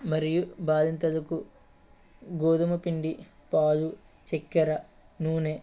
మరియు బాలింతలకు గోధుమపిండి పాలు చక్కెర నూనె